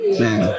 man